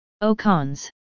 O-Cons